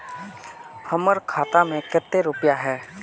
हमर खाता में केते रुपया है?